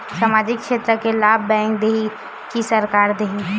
सामाजिक क्षेत्र के लाभ बैंक देही कि सरकार देथे?